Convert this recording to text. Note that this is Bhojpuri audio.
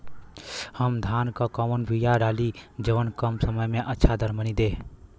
हम धान क कवन बिया डाली जवन कम समय में अच्छा दरमनी दे?